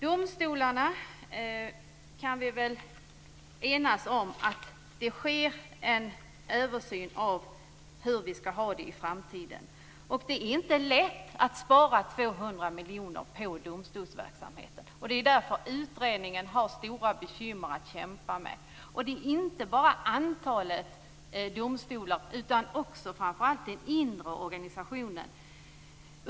Vi kan enas om att det sker en översyn av vad som skall gälla för domstolarna i framtiden. Det är inte lätt att spara 200 miljoner på domstolsverksamheten. Det är därför utredningen har stora bekymmer att kämpa med. Det handlar inte bara om antalet domstolar, utan det handlar framför allt om den inre organisationen.